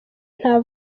nta